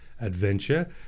adventure